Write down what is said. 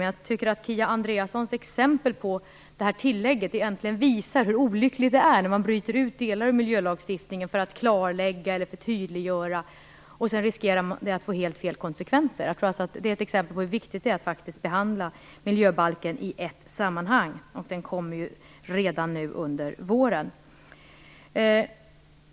Jag tycker att Kia Andreassons exempel på tillägget visar hur olyckligt det är att bryta ut en del av miljölagstiftningen föra att klarlägga eller tydliggöra. Det riskerar att få helt fel konsekvenser. Det är exempel på hur viktigt det är att behandla miljöbalken i ett sammanhang. Den kommer redan nu under våren.